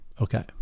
okay